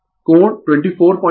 कोण 244 o